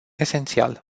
esențial